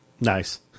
Nice